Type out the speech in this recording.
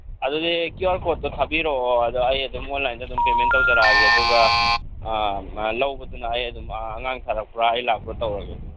ꯑꯗꯨꯗꯤ Q R ꯀꯣꯗꯇꯣ ꯊꯕꯤꯔꯛꯑꯣ ꯑꯗꯣ ꯑꯩ ꯑꯗꯨꯝ ꯑꯣꯟꯂꯥꯏꯟꯗ ꯑꯗꯨꯝ ꯄꯦꯃꯦꯟ ꯇꯧꯖꯔꯛꯑꯒꯦ ꯑꯗꯨꯒ ꯂꯧꯕꯗꯨꯅ ꯑꯩ ꯑꯗꯨꯝ ꯑꯉꯥꯡ ꯊꯥꯔꯛꯄ꯭ꯔ ꯑꯩ ꯂꯥꯛꯄ꯭ꯔ ꯇꯧꯔꯒꯦ